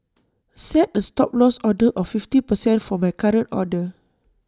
set A Stop Loss order of fifty percent for my current order